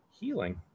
healing